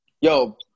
Yo